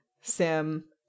Sam